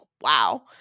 wow